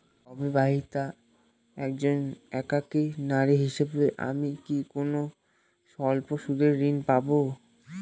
অবিবাহিতা একজন একাকী নারী হিসেবে আমি কি কোনো স্বল্প সুদের ঋণ পাব?